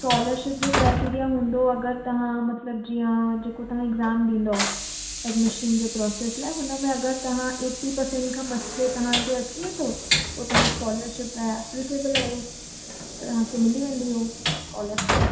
scholarship जो criteria हूंदो अगरि तव्हां मतिलबु जीअं जेको तव्हां एग्ज़ाम ॾींदव एडमीशन जे प्रोसेस लाइ हुन में अगरि तव्हां एटी परसंट खां मथे तव्हांजो अची वेंदो पोइ तव्हां स्कॉलरशिप लाइ एपलीकेबल आहियो त तव्हांखे मिली वेंदी ओ स्कॉलरशिप